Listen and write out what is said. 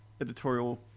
editorial